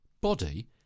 body